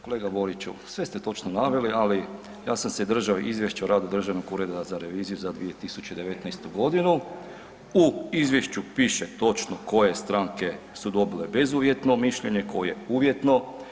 Kolega Boriću, sve ste točno naveli, ali ja sam se držao Izvješća o radu Državnog ureda za reviziju za 2019.g. U izvješću piše točno koje stranke su dobile bezuvjetno mišljenje, koje uvjetno.